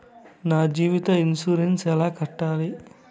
నా జీవిత ఇన్సూరెన్సు ఎలా కట్టాలి?